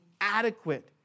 adequate